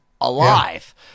alive